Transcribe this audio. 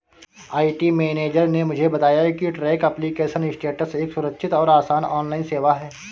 IT manager ने मुझे बताया की ट्रैक एप्लीकेशन स्टेटस एक सुरक्षित और आसान ऑनलाइन सेवा है